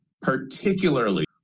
particularly